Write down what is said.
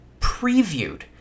previewed